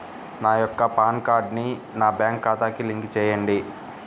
నా యొక్క పాన్ కార్డ్ని నా బ్యాంక్ ఖాతాకి లింక్ చెయ్యండి?